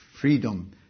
freedom